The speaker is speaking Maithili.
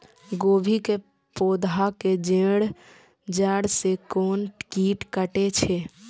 गोभी के पोधा के जड़ से कोन कीट कटे छे?